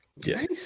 Yes